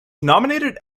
nominated